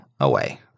away